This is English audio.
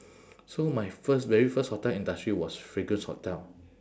so my first very first hotel industry was fragrance hotel